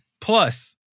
Plus